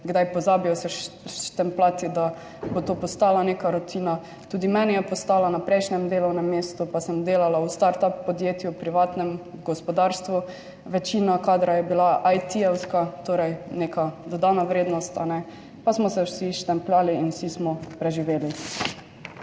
kdaj pozabijo štempljati, da bo to postala neka rutina. Tudi meni je postala. Na prejšnjem delovnem mestu, pa sem delala v start up podjetju, v privatnem gospodarstvu. Večina kadra je bila IT-jevska, torej neka dodana vrednost, ne pa smo se vsi štempljali in vsi smo preživeli.